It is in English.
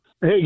Hey